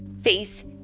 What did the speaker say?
face